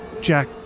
Jack